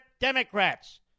Democrats